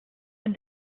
and